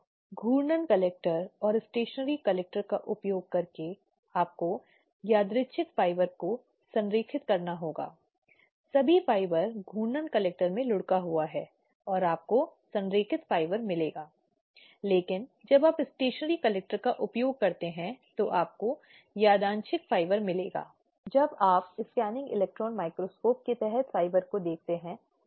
यहां हम शब्द जिरहप्रति परीक्षा से बचते हुए हम यह कह सकते हैं कि आंतरिक शिकायत समिति को यह देखना होगा कि उन्हें प्रत्येक पक्ष के लिए उचित प्रश्न रखना चाहिए